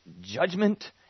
judgment